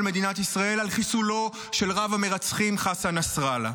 מדינת ישראל על חיסולו של רב-המרצחים חסן נסראללה.